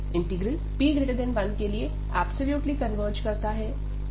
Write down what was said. integral p1 के लिए absolutely converge करता है